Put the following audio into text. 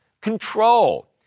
Control